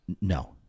No